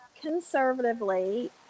conservatively